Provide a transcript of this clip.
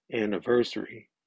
anniversary